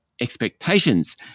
expectations